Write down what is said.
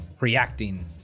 reacting